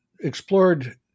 explored